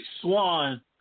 Swan